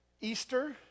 Easter